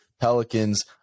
Pelicans